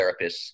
therapists